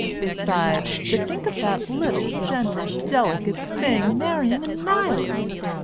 besides, to think of that little gentle, delicate thing marrying a nihilist!